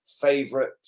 favorite